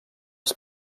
els